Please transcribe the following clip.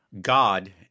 God